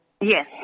Yes